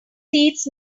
seats